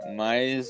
mas